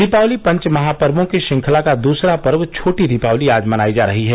दीपावली पंच महापवों की श्रृंखला का दूसरा पर्व छोटी दीपावली आज मनाई जा रही है